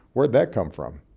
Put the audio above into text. where'd that come from?